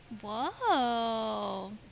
Whoa